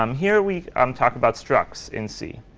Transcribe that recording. um here, we um talk about structs in c.